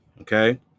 Okay